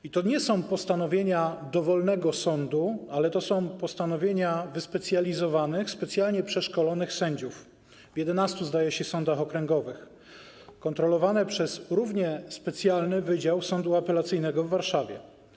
I to nie są postanowienia dowolnego sądu, ale to są postanowienia wyspecjalizowanych, specjalnie przeszkolonych sędziów w 11, zdaje się, sądach okręgowych, kontrolowane przez równie specjalny wydział Sądu Apelacyjnego w Warszawie.